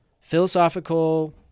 philosophical